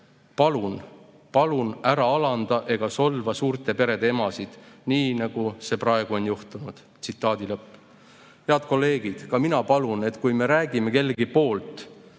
üht – palun ära alanda ega solva suurte perede emasid. Nii nagu see on praegu juhtunud." Head kolleegid! Ka mina palun, et kui me räägime kellegi poolt,